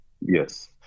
Yes